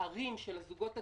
הערים של הזוגות הצעירים: